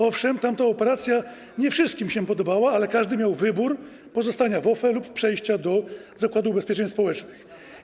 Owszem, tamta operacja nie wszystkim się podobała, ale każdy miał wybór pozostania w OFE lub przejścia do Zakładu Ubezpieczeń Społecznych.